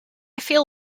feel